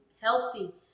healthy